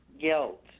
Guilt